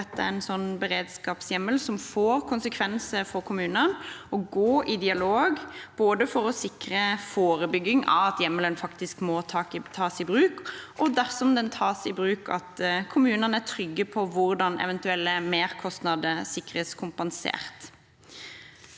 oppretter en beredskapshjemmel som får konsekvenser for kommunene, å gå i dialog, både for å sikre forebygging av at hjemmelen faktisk må tas i bruk, og – dersom den tas i bruk – at kommunene er trygge på hvordan eventuelle merkostnader sikres kompensert.